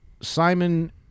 Simon